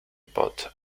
pot